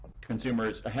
consumers